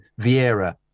Vieira